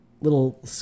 little